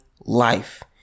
life